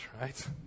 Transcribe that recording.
Right